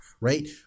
right